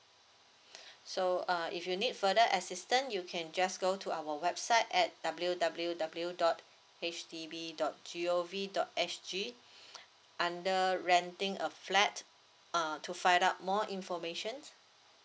so err if you need further assistance you can just go to our website at W_W_W dot H D B dot G_O_V dot S_G under renting a flat err to find out more information